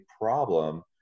problem